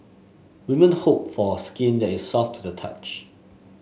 women hope for skin that is soft to the touch